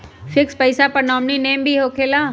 Fix पईसा पर nominee name भी होकेला?